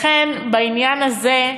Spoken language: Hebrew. לכן, בעניין הזה,